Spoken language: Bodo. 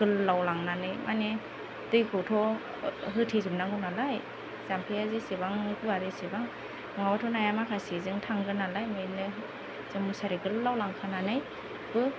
गोलाव लांनानै माने दैखौथ' होथेजोबनांगौ नालाय जाम्फैया जेसेबां गुवार एसेबां नङाब्लाथ' नाया माखासेजों थांगोन नालाय जों मुसारि गोलाव लांखानानैबो